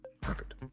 Perfect